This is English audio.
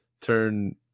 turn